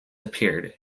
appeared